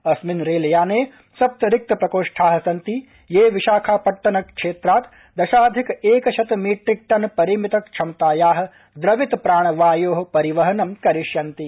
अस्मिन् रेलयाने सप्त रिक्त प्रकोष्ठा सन्ति ये विशाखापट्टन क्षेत्रात् दशाधिक एकशत मीट्रिक टन परिमित क्षमताया द्रवित प्राणवायो परिवहनं करिष्यन्ति